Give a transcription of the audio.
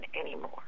anymore